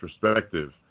perspective